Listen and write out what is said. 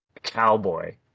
Cowboy